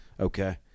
Okay